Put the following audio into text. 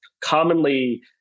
Commonly